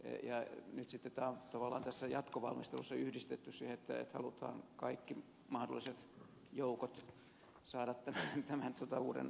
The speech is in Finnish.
nyt sitten tämä on tavallaan tässä jatkovalmistelussa yhdistetty siihen että halutaan kaikki mahdolliset joukot saada tämän uuden rangaistusmallin piiriin